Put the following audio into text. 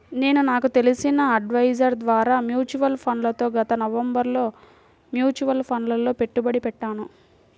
నేను నాకు తెలిసిన అడ్వైజర్ ద్వారా మ్యూచువల్ ఫండ్లలో గత నవంబరులో మ్యూచువల్ ఫండ్లలలో పెట్టుబడి పెట్టాను